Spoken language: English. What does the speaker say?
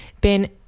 Ben